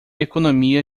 economia